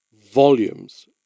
volumes